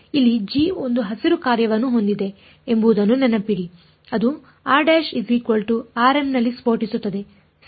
ಇಲ್ಲಿ g ಒಂದು ಹಸಿರು ಕಾರ್ಯವನ್ನು ಹೊಂದಿದೆ ಎಂಬುದನ್ನು ನೆನಪಿಡಿ ಅದು r'rm ನಲ್ಲಿ ಸ್ಫೋಟಿಸುತ್ತದೆ ಸರಿ